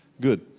Good